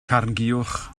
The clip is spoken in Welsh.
carnguwch